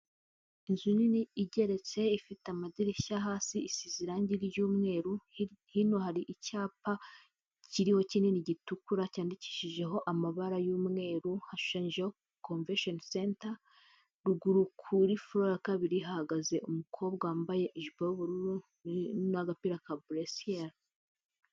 Inzu nini igeretse ifite amadirishya hasi isize irangi ry'umweru, hino hari icyapa kiriho kinini gitukura cyandikishijeho amabara y'umweru, hashushanyijeho convention center, ruguru kuri flow ya kabiri hahagaze umukobwa wambaye ijipo y'ubururu n'agapira ka buresiyeri.